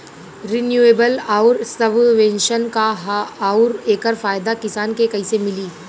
Renewable आउर subvention का ह आउर एकर फायदा किसान के कइसे मिली?